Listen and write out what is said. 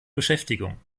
beschäftigung